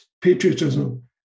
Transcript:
Patriotism